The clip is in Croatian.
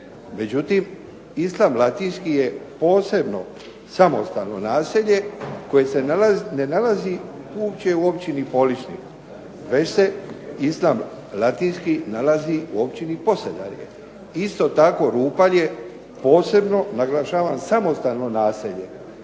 Međutim, Islam Latinski je posebno samostalno naselje koje se ne nalazi uopće u općini Poličnik već se Islam Latinski nalazi u općini Posedarje. Isto tako Rupalj je posebno naglašavam samostalno naselje